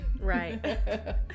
right